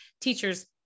teachers